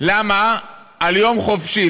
על יום חופשי.